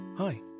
Hi